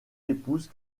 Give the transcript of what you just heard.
épouse